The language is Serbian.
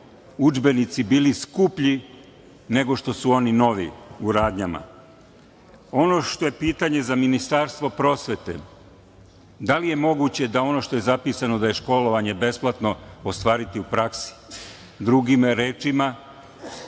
udžbenici bili skuplji nego što su oni novi u radnjama. Ono što je pitanje za Ministarstvo prosvete – da li je moguće da ono što je zapisano da je školovanje besplatno, ostvariti u praksi? Drugim rečima,